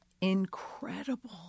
Incredible